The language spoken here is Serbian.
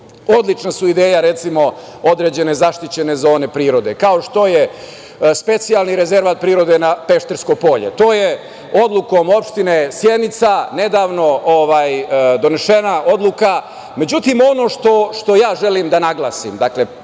odlična su ideja, recimo, određene zaštićene zone prirode kao što je Specijalni rezervat prirode "Peštersko Polje", to je odlukom opštine Sjenica nedavno donesena odluka.Međutim ono što ja želim da naglasim, dakle,